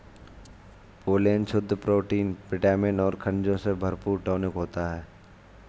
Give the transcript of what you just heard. pollen शुद्ध protein vitamin और खनिजों से भरपूर टॉनिक होता है